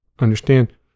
understand